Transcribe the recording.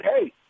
hey